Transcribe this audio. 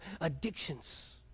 addictions